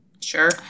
Sure